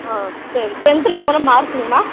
ஆ சரி டென்த்தில் எவ்வளோ மார்க்குங்கம்மா